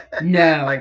no